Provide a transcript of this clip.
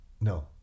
No